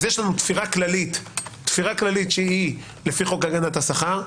אז יש לנו תפירה כללית שהיא לפי חוק הגנת השכר,